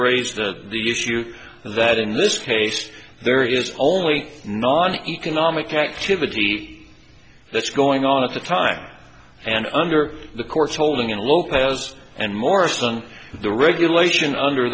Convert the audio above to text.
raised the issue that in this case there is only non economic activity that's going on at the time and under the court's holding in lopez and morrison the regulation under